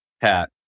hat